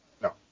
No